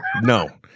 No